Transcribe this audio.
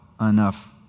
enough